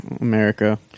America